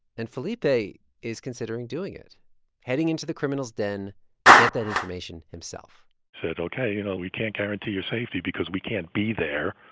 and felipe is considering doing it heading into the criminal's den to get that information himself said, ok, you know, we can't guarantee your safety because we can't be there,